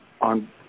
on